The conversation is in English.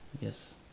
Yes